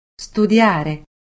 Studiare